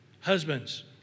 Husbands